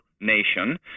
nation